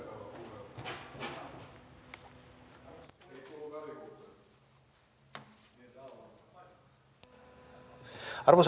arvoisa puhemies